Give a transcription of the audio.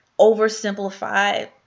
oversimplified